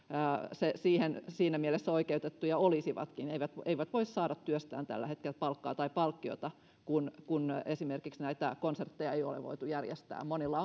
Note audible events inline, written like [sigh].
siinä mielessä oikeutettuja olisivatkin he eivät voi saada työstään tällä hetkellä palkkaa tai palkkiota koska esimerkiksi konsertteja ei ole voitu järjestää monilla [unintelligible]